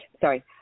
sorry